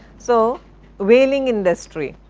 so whaling industry?